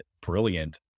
brilliant